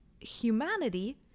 humanity